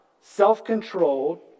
self-controlled